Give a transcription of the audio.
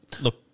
look